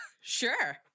sure